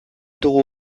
dugu